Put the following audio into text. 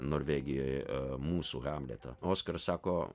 norvegijoje mūsų hamletą oskaras sako